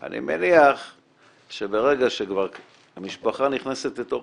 אני מניח שברגע שהמשפחה כבר נכנסת לתוך